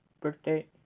birthday